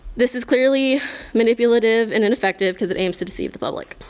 this is clearly manipulative and ineffective because it aims to deceive the public.